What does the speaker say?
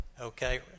okay